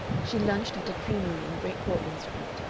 she lunched at a creamery in great portland street,